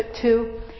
two